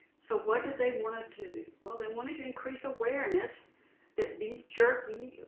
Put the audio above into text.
so what did they want to do? well, they wanted to increase awareness that beef jerky,